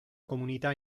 comunità